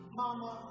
mama